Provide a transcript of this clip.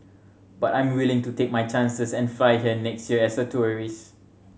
but I'm willing to take my chances and fly here next year as a tourist